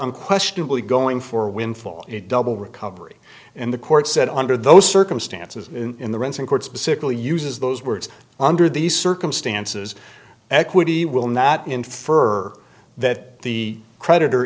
unquestionably going for windfall a double recovery in the court said under those circumstances in the renting court specifically uses those words under these circumstances equity will not infer that the creditor